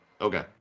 Okay